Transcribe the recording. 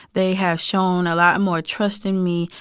they have shown a lot more trust in me.